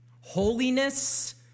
holiness